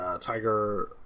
tiger